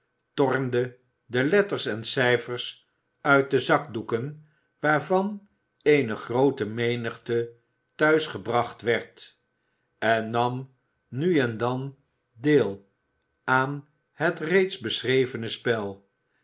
tornde de letters en cijfers uit de zakdoeken waarvan eene groote menigte thuis gebracht werd en nam nu en dan deel aan het reeds beschrevene spel